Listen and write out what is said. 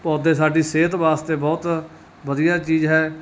ਪੌਦੇ ਸਾਡੀ ਸਿਹਤ ਵਾਸਤੇ ਬਹੁਤ ਵਧੀਆ ਚੀਜ਼ ਹੈ